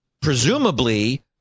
presumably